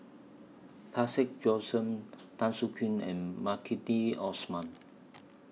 Parsick Tan Soo Khoon and Maliki Osman